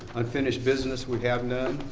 unfinished business, we have none.